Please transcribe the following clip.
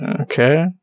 Okay